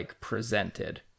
presented